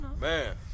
Man